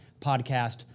podcast